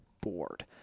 board